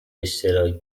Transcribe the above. اشتراک